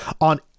on